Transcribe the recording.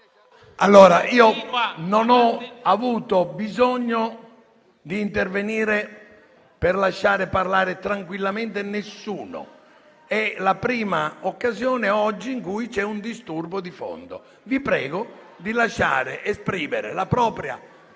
PRESIDENTE. Non ho avuto bisogno di intervenire per lasciar parlare tranquillamente nessuno. È la prima occasione oggi in cui c'è un disturbo di fondo. Vi prego di lasciare esprimere la propria